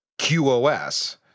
QoS